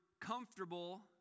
comfortable